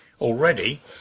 Already